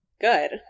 Good